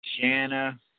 Shanna